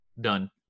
done